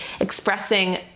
expressing